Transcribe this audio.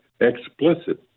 Explicit